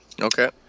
Okay